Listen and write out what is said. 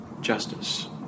justice